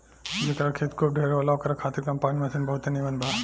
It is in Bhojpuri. जेकरा खेत खूब ढेर होला ओकरा खातिर कम्पाईन मशीन बहुते नीमन बा